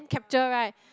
capture right